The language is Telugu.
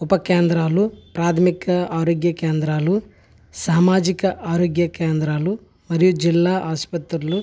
ఉప కేంద్రాలు ప్రాథమిక ఆరోగ్య కేంద్రాలు సామాజిక ఆరోగ్య కేంద్రాలు మరియు జిల్లా ఆసుపత్రులు ప్రైవేటు రంగంలో అనేక ఆసుపత్రులు క్లినిక్లు మరియు సెంటర్లు ఉన్నాయి